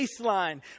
baseline